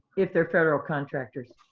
if they're federal contractors.